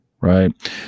Right